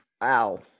Wow